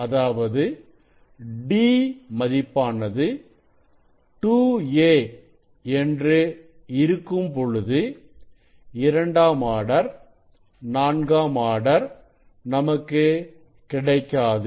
அதாவது d மதிப்பானது 2a என்று இருக்கும்பொழுது இரண்டாம் ஆர்டர் நான்காம் ஆர்டர் நமக்கு கிடைக்காது